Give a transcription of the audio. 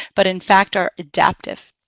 but in fact are adaptive.